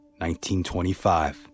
1925